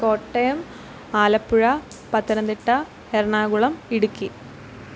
Kottayam Alappuzha Pathanamthitta Ernakulam Idukki